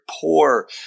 poor